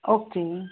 okay